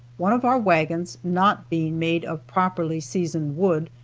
one of our wagons not being made of properly seasoned wood,